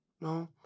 No